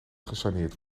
gesaneerd